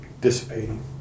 dissipating